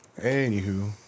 Anywho